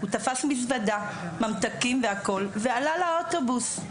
הוא תפס מזוודה, ממתקים והכול, ועלה לאוטובוס.